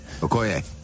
Okoye